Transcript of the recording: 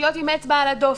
להיות עם אצבע על הדופק,